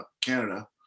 Canada